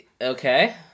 Okay